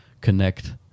connect